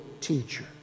teacher